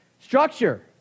Structure